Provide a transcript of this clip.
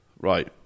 Right